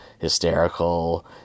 hysterical